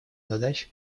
задач